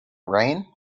rain